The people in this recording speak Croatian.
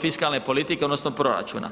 fiskalne politike odnosno proračuna.